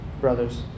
brothers